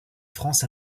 france